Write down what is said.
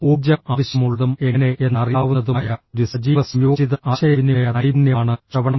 ഊർജ്ജം ആവശ്യമുള്ളതും എങ്ങനെ എന്ന് അറിയാവുന്നതുമായ ഒരു സജീവ സംയോജിത ആശയവിനിമയ നൈപുണ്യമാണ് ശ്രവണം